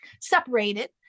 separated